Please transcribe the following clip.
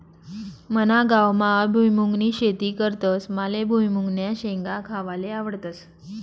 मना गावमा भुईमुंगनी शेती करतस माले भुईमुंगन्या शेंगा खावाले आवडस